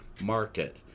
market